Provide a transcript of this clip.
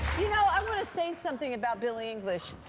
you know, i want to say something about billie english.